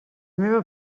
meva